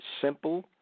simple